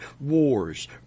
wars